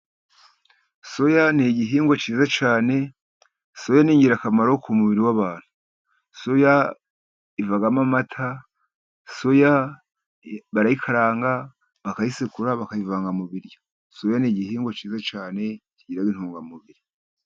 Soya n'igihingwa cyiza cyane ,Soya n'ingirakamaro ku mubiri w'abantu. Soya ivamo amata, soya barayikaranga bakayisekura bakayivanga mu biryo , soya n'igihingwa cyiza cyane kigira intungamubiri.